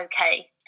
okay